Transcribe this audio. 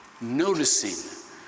noticing